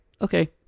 okay